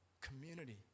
community